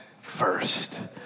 first